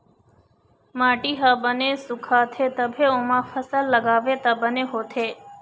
माटी ह बने सुखाथे तभे ओमा फसल लगाबे त बने होथे